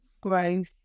growth